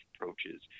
approaches